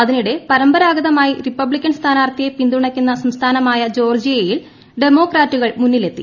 അതിനിടെ പരമ്പരാഗതമായി റിപ്പബ്ലിക്കൻ സ്ഥാനാർഥ്യിട്ട് പിന്തുണയ്ക്കുന്ന സംസ്ഥാനമായ ജോർജിയയിൽ ഡെമ്മോക്രാ്റ്റുകൾ മുന്നിലെത്തി